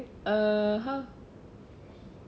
(uh huh)